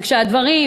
וכשהדברים,